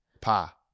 pa